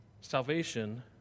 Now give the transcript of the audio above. Salvation